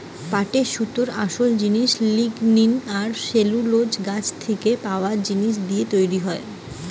পাটের সুতোর আসোল জিনিস লিগনিন আর সেলুলোজ গাছ থিকে পায়া জিনিস দিয়ে তৈরি হয়